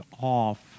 off